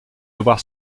devoir